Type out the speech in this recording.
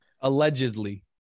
Allegedly